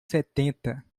setenta